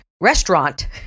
restaurant